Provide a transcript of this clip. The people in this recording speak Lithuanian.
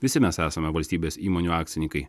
visi mes esame valstybės įmonių akcininkai